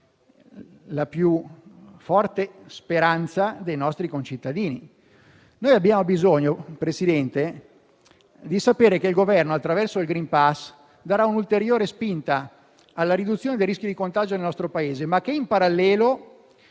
la più forte speranza dei nostri concittadini. Signor Presidente, noi abbiamo bisogno di sapere che il Governo, attraverso il *green pass*, darà un'ulteriore spinta alla riduzione del rischio di contagio nel nostro Paese, ma che in parallelo